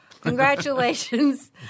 Congratulations